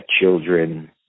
children